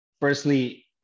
firstly